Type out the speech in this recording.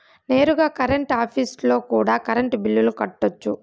నేరుగా కరెంట్ ఆఫీస్లో కూడా కరెంటు బిల్లులు కట్టొచ్చు